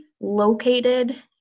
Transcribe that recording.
located